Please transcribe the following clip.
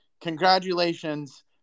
Congratulations